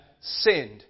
sinned